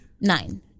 Nine